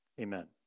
Amen